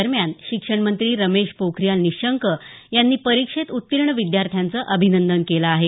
दरम्यान शिक्षणमंत्री रमेश पोखरियाल निशंक यांनी परीक्षेत उत्तीर्ण विद्यार्थ्यांचं अभिनंदन केलं आहे